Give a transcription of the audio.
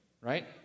right